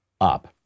up